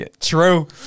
True